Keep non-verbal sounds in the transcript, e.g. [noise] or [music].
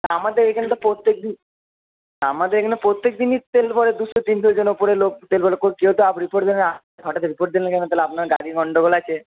আমাদের এখানে তো প্রত্যেক দিন আমাদের এখানে তো প্রত্যেক দিনই তেল ভরে দুশো তিনশোজন ওপরে লোক তেল ভরে কই কেউ তো [unintelligible] রিপোর্ট দেয় না [unintelligible] হঠাৎ রিপোর্ট দিলেন কেনো তাহলে আপনার গাড়ির গণ্ডগোল আছে